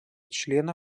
члена